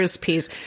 piece